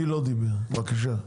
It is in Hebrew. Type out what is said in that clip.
בבקשה.